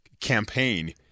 campaign